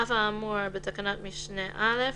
האמור בתקנת משנה (א),